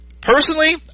Personally